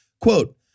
Quote